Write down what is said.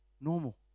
normal